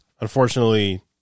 Unfortunately